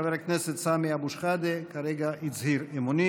חבר הכנסת סמי אבו שחאדה כרגע הצהיר אמונים.